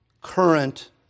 current